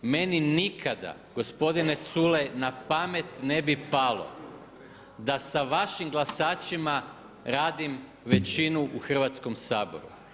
Meni nikada gospodine Culej na pamet ne bi palo da sa vašim glasačima radim većinu u Hrvatskom saboru.